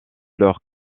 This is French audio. leurs